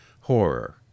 horror